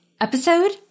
episode